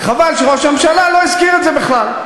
רק חבל שראש הממשלה לא הזכיר את זה בכלל.